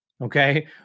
okay